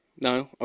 No